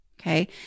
Okay